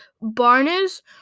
Barnes